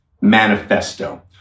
Manifesto